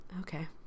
okay